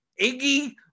Iggy